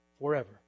Forever